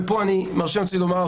ופה אני מרשה לעצמי לומר,